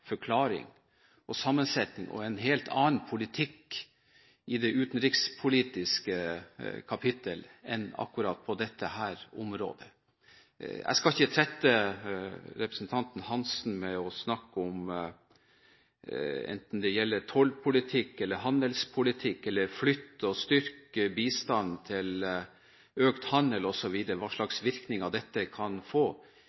forklaring og sammensetning, og en helt annen politikk i det utenrikspolitiske kapitlet enn på akkurat dette området. Jeg skal ikke trette representanten Svein Roald Hansen med å snakke om det som gjelder tollpolitikk eller handelspolitikk eller å flytte og styrke bistand til økt handel osv., og hva slags